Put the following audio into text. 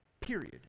period